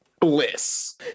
bliss